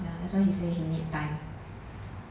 ya that's why he say he need time